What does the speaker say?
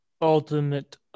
Ultimate